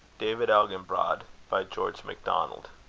david elginbrod by george macdonald